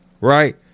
right